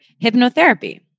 hypnotherapy